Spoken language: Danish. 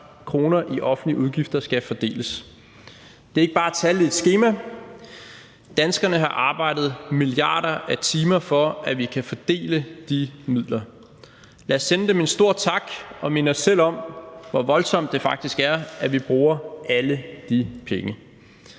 kr. i offentlige udgifter skal fordeles. Det er ikke bare tal i et skema. Danskerne har arbejdet milliarder af timer, for at vi kan fordele de midler. Lad os sende dem en stor tak og minde os selv om, hvor voldsomt det faktisk er, at vi bruger alle de penge.